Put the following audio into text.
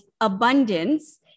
abundance